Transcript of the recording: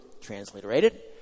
translated